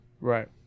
Right